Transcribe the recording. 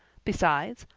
besides,